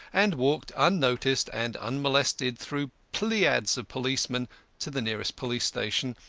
and walked unnoticed and unmolested through pleiads of policemen to the nearest police station,